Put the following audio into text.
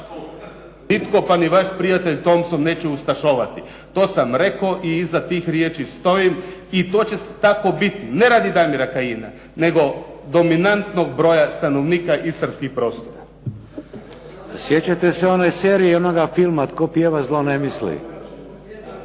nitko pa ni vaš prijatelj Thompson neće ustašovati. To sam rekao i iza tih riječi stojim i to će tako biti. Ne radi Damira Kajina, nego dominantnog broja stanovnika istarskih prostora. **Šeks, Vladimir (HDZ)** Sjećate se one serije, onoga filma "Tko pjeva, zlo ne misli".